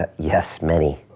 ah yes, many.